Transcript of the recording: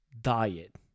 diet